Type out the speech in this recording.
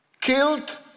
killed